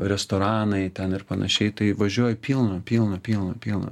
restoranai ten ir panašiai tai važiuoju pilna pilna pilna pilna